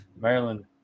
Maryland